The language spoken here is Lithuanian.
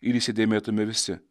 ir įsidėmėtume visi